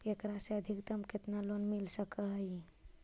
एकरा से अधिकतम केतना लोन मिल सक हइ?